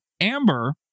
Amber